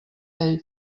ell